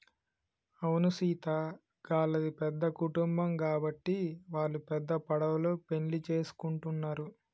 అవును సీత గళ్ళది పెద్ద కుటుంబం గాబట్టి వాల్లు పెద్ద పడవలో పెండ్లి సేసుకుంటున్నరు